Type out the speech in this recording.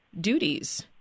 duties